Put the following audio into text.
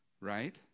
right